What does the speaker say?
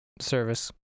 service